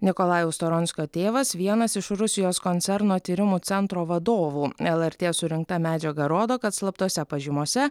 nikolajaus toronskio tėvas vienas iš rusijos koncerno tyrimų centro vadovų lrt surinkta medžiaga rodo kad slaptose pažymose